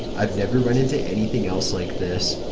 i've never run into anything else like this.